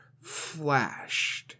flashed